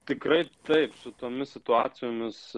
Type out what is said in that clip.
tikrai taip su tomis situacijomis